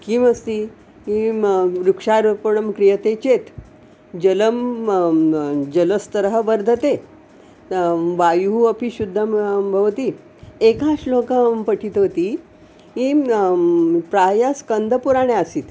किमस्ति इमं वृक्षारोपणं क्रियते चेत् जलं जलस्तरः वर्धते वायुः अपि शुद्धः भवति एकं श्लोकं अहं पठितवती प्रायः स्कन्दपुराणे आसीत्